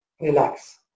Relax